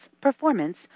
performance